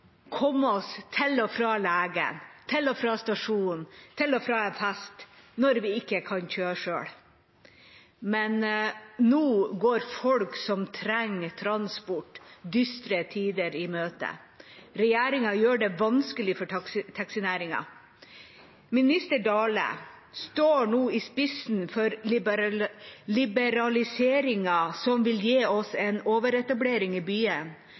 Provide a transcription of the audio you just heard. komme oss til og fra legen, til og fra stasjonen og til og fra fest når vi ikke kan kjøre selv. Men nå går folk som trenger transport, dystre tider i møte. Regjeringa gjør det vanskelig for taxinæringen. Minister Dale står nå i spissen for en liberalisering som vil gi oss en overetablering i